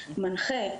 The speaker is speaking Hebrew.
מנחה,